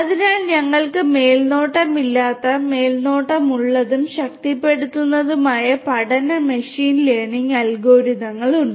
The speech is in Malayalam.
അതിനാൽ ഞങ്ങൾക്ക് മേൽനോട്ടമില്ലാത്ത മേൽനോട്ടമുള്ളതും ശക്തിപ്പെടുത്തുന്നതുമായ പഠന മെഷീൻ ലേണിംഗ് അൽഗോരിതങ്ങൾ ഉണ്ട്